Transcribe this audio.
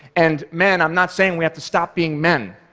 and men, i'm not saying we have to stop being men.